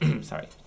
Sorry